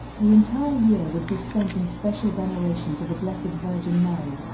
the entire year would be spent in special veneration to the blessed virgin mary,